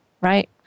right